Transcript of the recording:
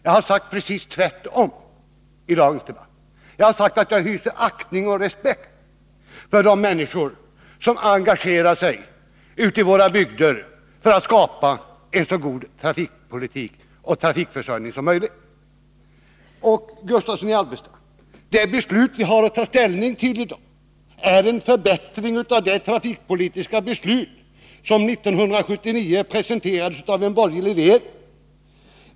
Jag har sagt det helt motsatta, nämligen att jag hyser aktning och respekt för de människor ute i våra bygder som engagerar sig för att skapa en så god trafikpolitik och trafikförsörjning som möjligt. Jag vill säga till herr Gustavsson från Alvesta att det förslag vi har att ta ställning till i dag skulle innebära en förbättring av det trafikpolitiska beslut från 1979 som fattades på basis av ett förslag från en borgerlig regering.